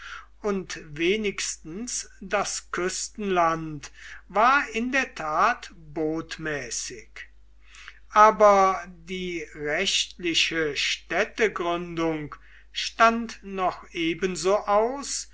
und wenigstens das küstenland war in der tat botmäßig aber die rechtliche städtegründung stand noch ebenso aus